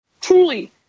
truly